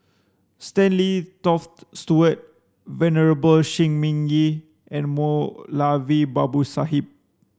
Stanley Toft Stewart Venerable Shi Ming Yi and Moulavi Babu Sahib